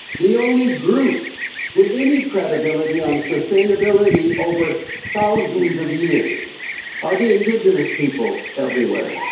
the only group with any credibility on sustainability over thousands of years are the indigenous people everywhere.